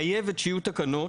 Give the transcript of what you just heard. חייב שיהיו תקנות,